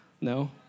No